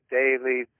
daily